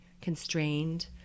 constrained